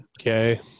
Okay